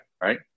right